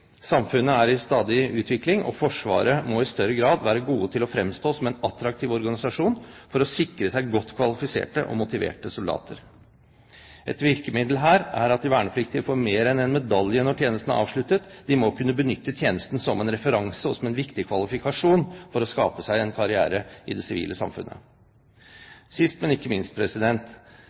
Samfunnet er i stadig utvikling, og Forsvaret må i større grad være flink til å fremstå som en attraktiv organisasjon for å sikre seg godt kvalifiserte og motiverte soldater. Et virkemiddel her er at de vernepliktige får mer enn en medalje når tjenesten er avsluttet, de må kunne benytte tjenesten som en referanse og som en viktig kvalifikasjon for å skape seg en karriere i det sivile samfunnet. Sist, men ikke minst,